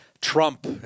trump